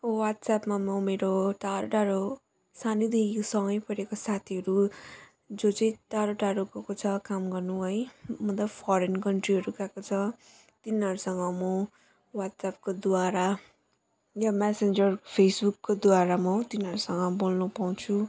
ह्वाट्सएपमा म मेरो टाढो टाढो सानैदेखिको सँगै पढेको साथीहरू जो चाहिँ टाढो टाढो गएको छ काम गर्नु है मतलब फरेन कन्ट्रीहरू गएको छ तिनीहरूसँग म ह्वाट्सएपको द्वारा या मेसेन्जर फेसबुकको द्वारा म तिनीहरूसँग बोल्नु पाउँछु